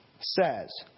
says